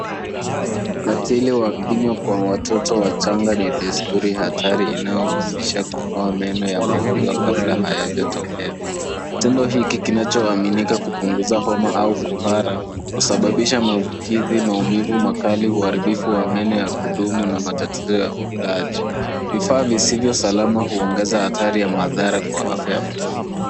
Ukatili wa kinywa kwa watoto wachanga ni desturi hatari inaohusisha kung'oa meno ya maziwa kabla hayajatokea. Kitendo hiki kinacho aminika kupunguza homa au kuhara kusababisha maambukizi maumivu makali uharibifu wa meno ya kudumu na matatizo ya ulaji. Vifaa visivyo salama huongeza hatari ya madhara kwa afya ya mtoto.